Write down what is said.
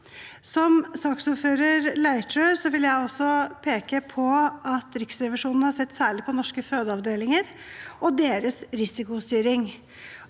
Som saksordfører Leirtrø gjorde, vil også jeg peke på at Riksrevisjonen har sett særlig på norske fødeavdelinger og deres risikostyring.